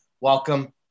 welcome